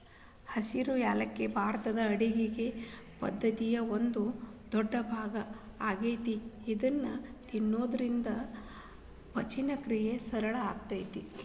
ಹಸಿರು ಯಾಲಕ್ಕಿ ಭಾರತದ ಅಡುಗಿ ಪದ್ದತಿಯ ಒಂದ ದೊಡ್ಡಭಾಗ ಆಗೇತಿ ಇದನ್ನ ತಿನ್ನೋದ್ರಿಂದ ಪಚನಕ್ರಿಯೆ ಸರಳ ಆಕ್ಕೆತಿ